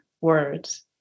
words